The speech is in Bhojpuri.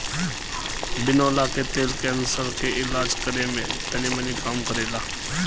बिनौला के तेल कैंसर के इलाज करे में तनीमनी काम करेला